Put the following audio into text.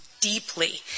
deeply